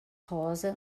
rosa